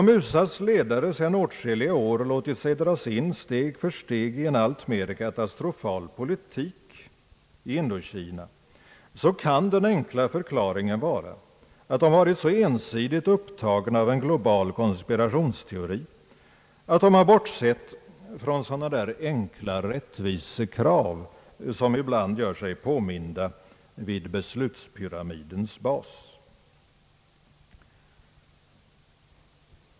Om USA:s ledare sedan åtskilliga år låtit sig dras in steg för steg i en alltmer katastrofal politik i Indokina så kan den enkla förklaringen vara att de har varit så ensidigt upptagna av en global konspirationsteori, att de har bortsett från sådana enkla rättvisekrav som ibland gör sig påminta vid beslutspyramidens bas.